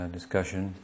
discussion